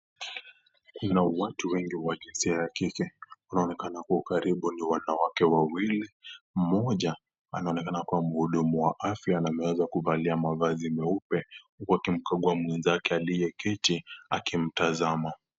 Watu wengi wa jinsia ya kike, wanaonekana kwa ukaribu ni wanawake awili, mmoja anaonekana ni muhudumu wa afya na ameweza kuvalia mavazi meupe, huku akimkagua mwenzake aliyeketi akimtazama.